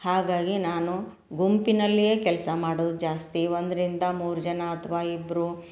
ಹಾಗಾಗಿ ನಾನು ಗುಂಪಿನಲ್ಲಿಯೇ ಕೆಲಸ ಮಾಡುದು ಜಾಸ್ತಿ ಒಂದರಿಂದ ಮೂರು ಜನ ಅಥ್ವಾ ಇಬ್ಬರು